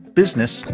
business